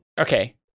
Okay